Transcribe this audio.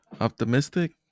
Optimistic